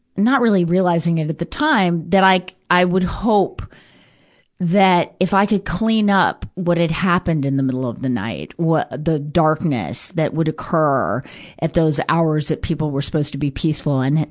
not really realizing it at the time, that i, i would hope that if i could clean up, what had happened in the middle of the night, wh, the darkness that would occur at those hours that people were supposed to be peaceful and,